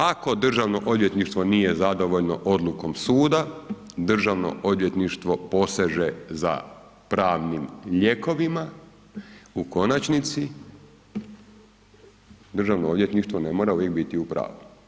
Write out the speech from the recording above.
Ako Državno odvjetništvo nije zadovoljno odlukom suda, Državno odvjetništvo poseže za pravnim lijekovima u konačnici, Državno odvjetništvo ne mora uvijek biti u pravu.